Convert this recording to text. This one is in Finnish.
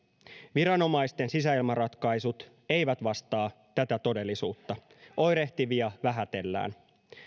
viranomaisten sisäilmaratkaisut eivät vastaa tätä todellisuutta oirehtivia vähätellään